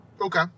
okay